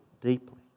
deeply